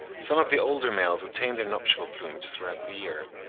some of the older males retain their nuptial plumage throughout the year.